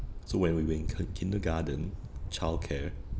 so when we were in k~ kindergarten childcare